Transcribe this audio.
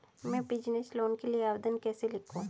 मैं business loan के लिए आवेदन कैसे लिखूँ?